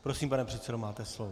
Prosím, pane předsedo, máte slovo.